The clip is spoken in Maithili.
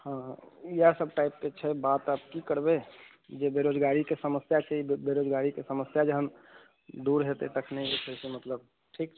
हँ इएह सब टाइपके छै बात अब की करबै जे बेरोजगारीके समस्या छै ई बेरोजगारीके समस्या जहन दूर हेतै तखने जे छै से मतलब ठीक छै